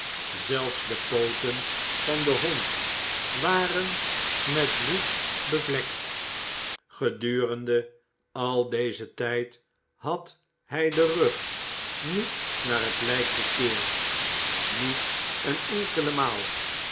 zelfs de pooten van den hond waren met bloed bevlekt gedurende al dezen tijd had hij den rug niet i naar het lijk gekeerd niet een enkele maal